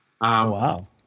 wow